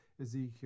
ezekiel